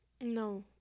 No